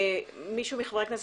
מישהו מחברי הכנסת,